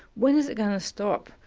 when is it going to stop,